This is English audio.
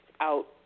out